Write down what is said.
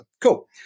Cool